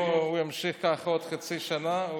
אם הוא ימשיך ככה עוד חצי שנה,